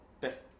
best